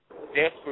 desperate